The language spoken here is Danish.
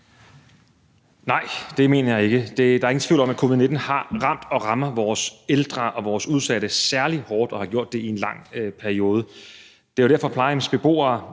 Nej, det mener jeg ikke. Der er ingen tvivl om, at covid-19 har ramt og rammer vores ældre og vores udsatte særlig hårdt og har gjort det i en lang periode. Det er derfor, at plejehjemsbeboere